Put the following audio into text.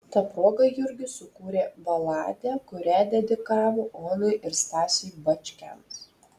ta proga jurgis sukūrė baladę kurią dedikavo onai ir stasiui bačkiams